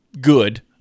Good